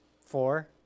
Four